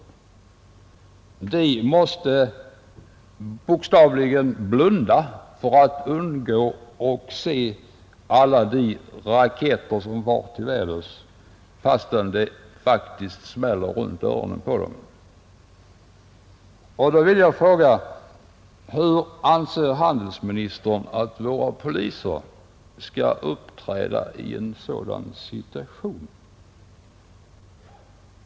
Polismännen måste bokstavligen blunda för att undgå att se alla de raketer som far till väders, fastän det faktiskt smäller runt öronen på dem. Jag vill fråga: Hur anser handelsministern att våra poliser skall uppträda i en sådan situation?